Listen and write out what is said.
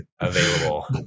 available